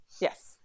Yes